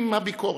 עם הביקורת: